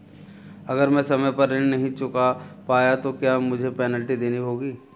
अगर मैं समय पर ऋण नहीं चुका पाया तो क्या मुझे पेनल्टी देनी होगी?